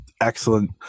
excellent